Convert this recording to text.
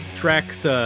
Tracks